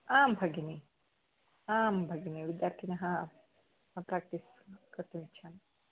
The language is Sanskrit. आं भगिनि आं भगिनि विद्यार्थिनः प्रेक्टिस् कृते इच्छामि